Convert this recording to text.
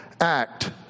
act